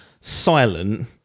silent